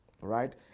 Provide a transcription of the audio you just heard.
right